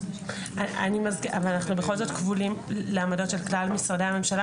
אנחנו בכל זאת כבולים לעמדות של כלל משרדי הממשלה